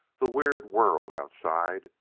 the weird world outside,